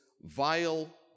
Vile